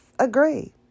Agree